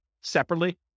separately